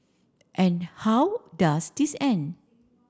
and how does this end